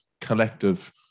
collective